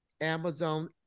Amazon